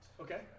Okay